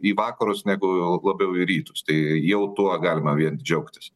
į vakarus negu labiau į rytus tai jau tuo galima vien džiaugtis